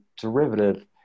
derivative